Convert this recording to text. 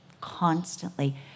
constantly